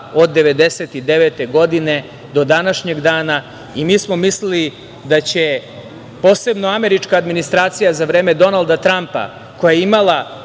od 1999. godine do današnjeg dana. Mi smo mislili da će posebno američka administracija za vreme Donalda Trampa, koja je imala